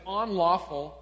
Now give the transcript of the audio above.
unlawful